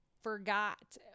forgot